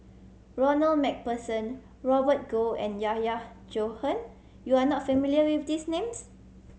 Ronald Macpherson Robert Goh and Yahya Cohen you are not familiar with these names